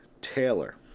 Taylor